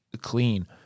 clean